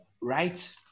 right